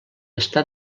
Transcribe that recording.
està